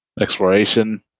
exploration